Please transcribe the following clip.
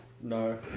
No